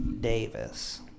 Davis